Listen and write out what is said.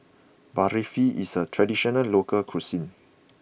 Barfi is a traditional local cuisine